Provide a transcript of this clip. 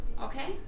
Okay